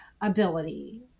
ability